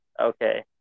okay